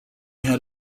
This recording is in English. had